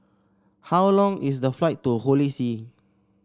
how long is the flight to Holy See